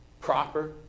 proper